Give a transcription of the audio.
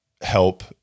help